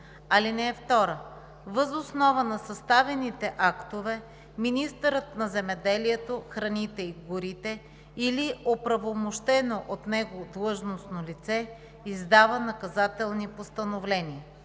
„Земеделие“. (2) Въз основа на съставените актове министърът на земеделието, храните и горите или оправомощено от него длъжностно лице издава наказателни постановления.